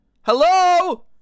hello